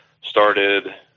started